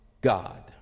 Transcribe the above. God